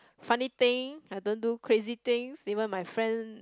funny thing I don't do crazy things even my friend